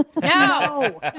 No